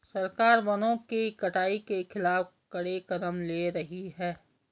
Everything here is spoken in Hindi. सरकार वनों की कटाई के खिलाफ कड़े कदम ले रही है